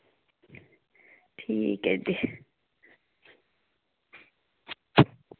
ठीक ऐ भी